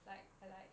like uh like